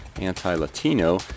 anti-Latino